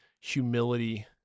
humility